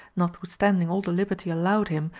notwithstanding all the liberty allowed him,